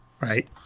right